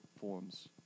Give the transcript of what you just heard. forms